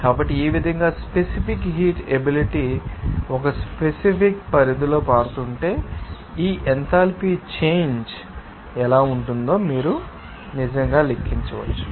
కాబట్టి ఈ విధంగా స్పెసిఫిక్ హీట్ ఎబిలిటీ ఒక స్పెసిఫిక్ పరిధిలో మారుతుంటే ఈ ఎంథాల్పీ చేంజ్ ఎలా ఉంటుందో మీరు నిజంగా లెక్కించవచ్చు